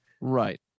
Right